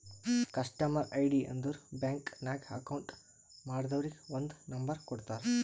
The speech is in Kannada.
ಕಸ್ಟಮರ್ ಐ.ಡಿ ಅಂದುರ್ ಬ್ಯಾಂಕ್ ನಾಗ್ ಅಕೌಂಟ್ ಮಾಡ್ದವರಿಗ್ ಒಂದ್ ನಂಬರ್ ಕೊಡ್ತಾರ್